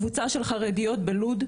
קבוצה של חרדיות בלוד,